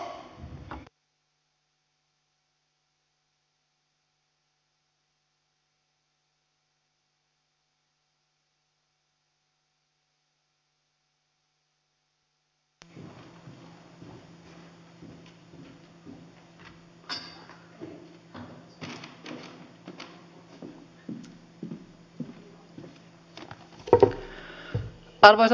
arvoisa puhemies